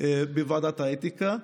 בוועדת האתיקה,